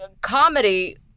comedy